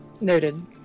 Noted